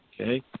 Okay